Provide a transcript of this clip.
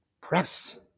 press